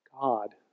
God